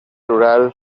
rural